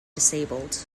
disabled